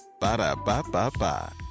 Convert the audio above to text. Ba-da-ba-ba-ba